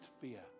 fear